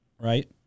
right